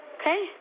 Okay